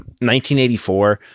1984